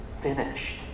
finished